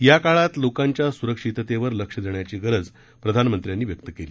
या काळात लोकांच्या सुरक्षिततेवर लक्ष देण्याची गरज प्रधानमंत्र्यांनी व्यक्त केली